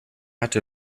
hatte